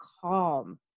calm